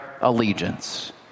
allegiance